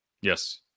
Yes